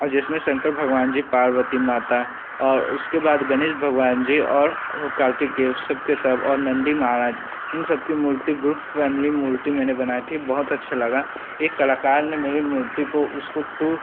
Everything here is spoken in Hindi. और जिसमें शंकर भगवान जी पार्वती माता और उसके बाद गणेश भगवान जी और वह कार्तिकेय और सबके सब और नन्दी महाराज इन सबकी मूर्ति ग्रुप फ़ैमिली मूर्ति मैंने बनाई थी बहुत अच्छा लगा एक कलाकार ने मेरी मूर्ति को उसको टू